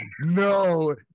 no